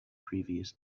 previous